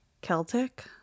celtic